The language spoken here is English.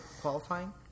qualifying